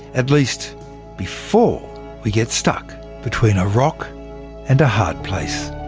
at least before we get stuck between a rock and a hard place